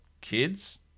kids